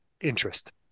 interest